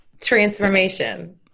Transformation